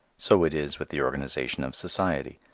so it is with the organization of society.